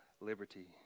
liberty